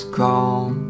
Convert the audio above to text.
calm